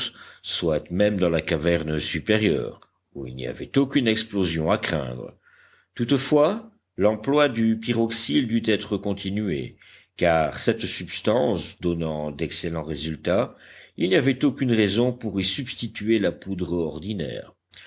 soit même dans la caverne supérieure où il n'y avait aucune explosion à craindre toutefois l'emploi du pyroxyle dut être continué car cette substance donnant d'excellents résultats il n'y avait aucune raison pour y substituer la poudre ordinaire